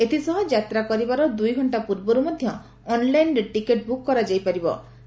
ଏଥିସହ ଯାତ୍ରା କରିବାର ଦୁଇ ଘଣ୍କା ପୂର୍ବରୁ ମଧ୍ଧ ଅନ୍ଲାଇନ୍ରେ ଟିକେଟ୍ ବୁକ୍ କରିଦେଇପାରିବେ